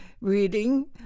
reading